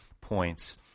points